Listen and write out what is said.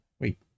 wait